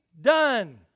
done